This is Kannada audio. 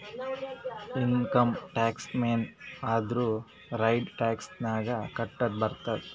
ಇನ್ಕಮ್ ಟ್ಯಾಕ್ಸ್ ಮೇನ್ ಅಂದುರ್ ಡೈರೆಕ್ಟ್ ಟ್ಯಾಕ್ಸ್ ನಾಗೆ ಕಟ್ಟದ್ ಬರ್ತುದ್